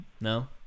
No